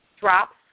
drops